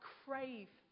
crave